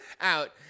out